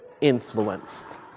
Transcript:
influenced